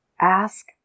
Ask